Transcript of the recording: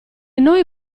noi